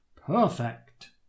Perfect